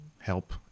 help